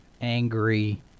angry